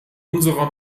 unserer